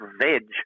Veg